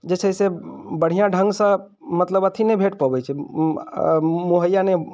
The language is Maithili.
जे छै से बढ़िआँ ढङ्गसँ मतलब अथी नहि भेट पबै छै मुहैया नहि